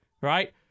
Right